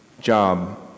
job